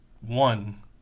one